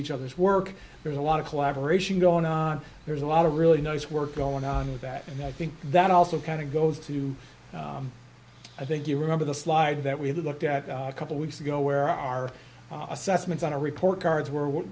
each other's work there's a lot of collaboration going on there's a lot of really nice work going on with that and i think that also kind of goes to i think you remember the slide that we looked at a couple weeks ago where our assessments on our report cards were